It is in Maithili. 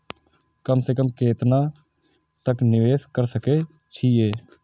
कम से कम केतना तक निवेश कर सके छी ए?